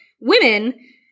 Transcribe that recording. women